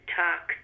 talk